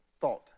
Thought